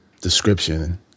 description